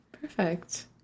perfect